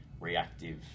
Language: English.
reactive